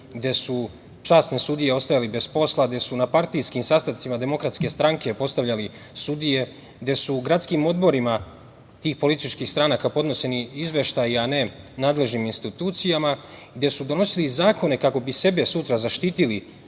gde su časne sudije ostajale bez posla, a gde su na partijskim sastancima DS postavljali sudije, gde su u gradskim odborima tih političkih stranaka podnošeni izveštaji, a ne nadležnim institucijama, gde su donosili zakone kako bi sebe sutra zaštitili